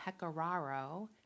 Pecoraro